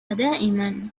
دائما